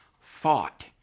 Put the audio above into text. thought